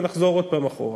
ונחזור עוד פעם אחורה.